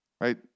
right